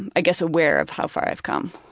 and i guess aware of how far i've come.